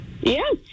Yes